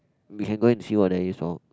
we can go and see what there is lor